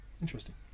Interesting